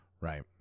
Right